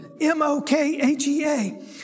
M-O-K-H-E-A